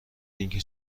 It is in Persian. اینکه